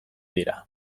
dira